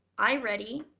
iready,